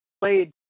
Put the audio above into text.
played